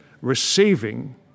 receiving